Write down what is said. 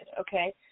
okay